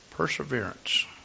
Perseverance